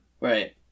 Right